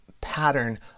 pattern